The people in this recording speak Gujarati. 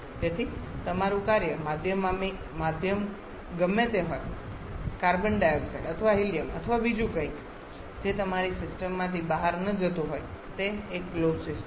તેથી તમારું કાર્ય માધ્યમ ગમે તે હોય કાર્બન ડાયોક્સાઇડ અથવા હિલીયમ અથવા બીજું કંઈક જે તમારી સિસ્ટમમાંથી બહાર ન જતું હોય તે એક ક્લોઝ સિસ્ટમ છે